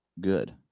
good